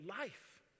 life